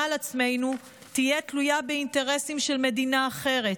על עצמנו תהיה תלויה באינטרסים של מדינה אחרת,